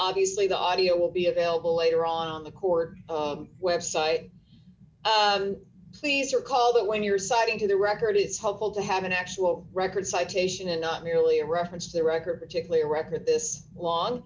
obviously the audio will be available later on the court website please recall that when you're citing to the record it's helpful to have an actual record citation and not merely a reference to the record particularly a record this long